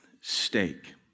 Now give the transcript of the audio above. stake